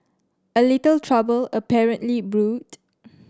a little trouble apparently brewed